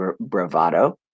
bravado